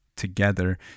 together